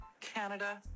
Canada